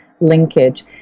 linkage